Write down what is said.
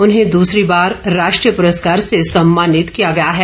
उन्हें दूसरी बार राष्ट्रीय पुरस्कार से सम्मानित किया गया है